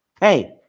Hey